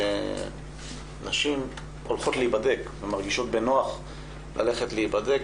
שנשים הולכות להיבדק ומרגישות בנוח ללכת להיבדק